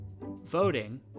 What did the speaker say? voting